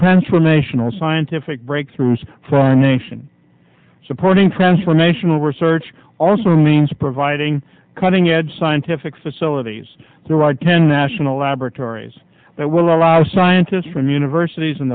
transformational scientific breakthroughs for a nation supporting transformational research also means providing cutting edge scientific facilities the right can national laboratories that will allow scientists from universities in